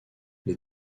les